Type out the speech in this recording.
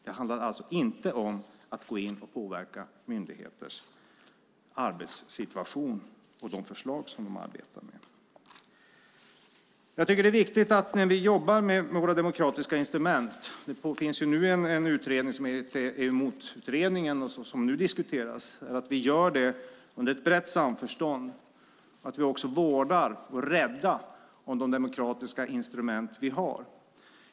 Det handlade alltså inte om att påverka myndigheters arbetssituation och de förslag som de arbetar med. När vi jobbar med våra demokratiska instrument - det finns nu en utredning som heter Eumotutredningen som diskuteras - är det viktigt att vi gör det i brett samförstånd och vårdar och är rädda om de demokratiska instrument som vi har.